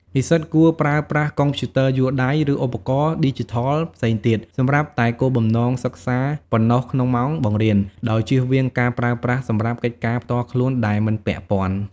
និស្សិតគួរប្រើប្រាស់កុំព្យូទ័រយួរដៃ ឬឧបករណ៍ឌីជីថលផ្សេងទៀតសម្រាប់តែគោលបំណងសិក្សាប៉ុណ្ណោះក្នុងម៉ោងបង្រៀន ដោយជៀសវាងការប្រើប្រាស់សម្រាប់កិច្ចការផ្ទាល់ខ្លួនដែលមិនពាក់ព័ន្ធ។